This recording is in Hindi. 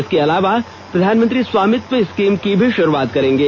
इसके अलावा प्रधानमंत्री स्वामित्व स्कीम की भी शुरूआत करेंगे